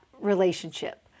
relationship